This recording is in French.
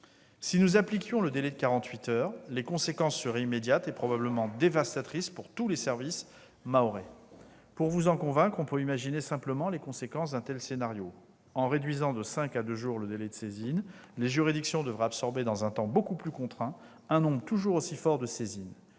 Si nous appliquions le délai de quarante-huit heures, les conséquences seraient immédiates et probablement dévastatrices pour tous les services mahorais. Pour vous en convaincre, on peut imaginer simplement les conséquences d'un tel scénario. En réduisant de cinq jours à deux jours le délai de saisine, les juridictions devraient absorber dans un temps beaucoup plus contraint un nombre toujours aussi important de saisines.